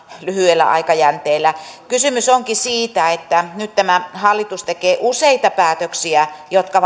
lyhyellä aikajänteellä kysymys onkin siitä että nyt tämä hallitus tekee useita päätöksiä jotka